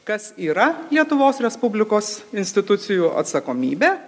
kas yra lietuvos respublikos institucijų atsakomybė